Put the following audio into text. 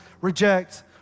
reject